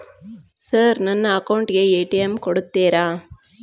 Sir ನನ್ನ account ಗೆ ATM ಕೊಡುತ್ತೇರಾ?